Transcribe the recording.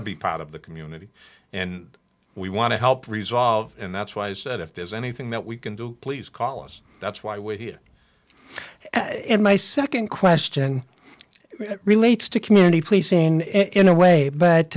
to be part of the community and we want to help resolve and that's why i said if there's anything that we can do please call us that's why we're here and my nd question relates to community policing in a way but